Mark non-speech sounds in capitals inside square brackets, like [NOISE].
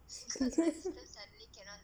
[LAUGHS]